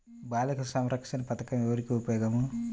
బాలిక సంరక్షణ పథకం ఎవరికి ఉపయోగము?